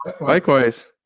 Likewise